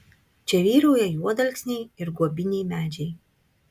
čia vyrauja juodalksniai ir guobiniai medžiai